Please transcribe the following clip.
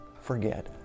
forget